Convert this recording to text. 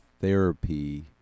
therapy